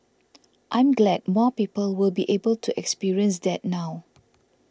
I'm glad more people will be able to experience that now